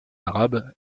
arabe